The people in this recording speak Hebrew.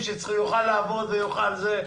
אני בקואליציה ואורנה ברביבאי באופוזיציה.